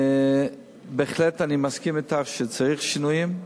בהחלט, אני מסכים אתך שצריך שינויים.